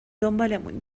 دنبالمون